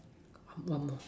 one more